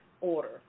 order